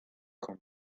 qu’en